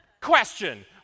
question